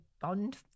bond